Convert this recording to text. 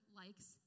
likes